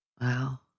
Wow